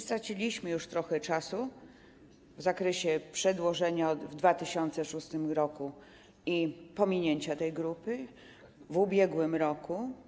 Straciliśmy już trochę czasu w zakresie przedłożenia w 2006 r. i pominięcia tej grupy w ubiegłym roku.